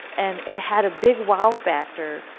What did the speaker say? and it had a big wow factor,